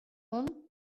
kont